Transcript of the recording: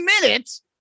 minutes